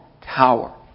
tower